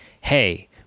hey